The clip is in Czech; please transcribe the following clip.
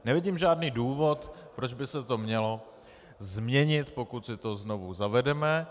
Nevidím žádný důvod, proč by se to mělo změnit, pokud si to znovu zavedeme.